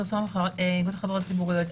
אני מאיגוד החברות הציבוריות.